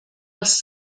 als